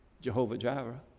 Jehovah-Jireh